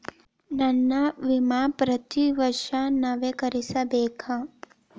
ನನ್ನ ವಿಮಾ ಪ್ರತಿ ವರ್ಷಾ ನವೇಕರಿಸಬೇಕಾ?